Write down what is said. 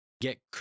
get